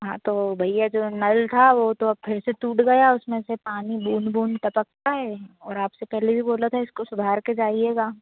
हाँ तो भैया जो नल था वो तो फिर से टूट गया उसमें से पानी बूंद बूंद टपकता है और आपसे पहले भी बोला था इसको सुधार के जाइएगा